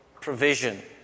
provision